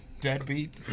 deadbeat